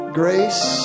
grace